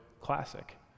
Classic